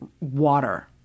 water